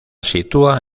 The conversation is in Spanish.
sitúa